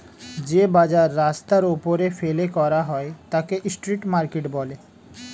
যে বাজার রাস্তার ওপরে ফেলে করা হয় তাকে স্ট্রিট মার্কেট বলে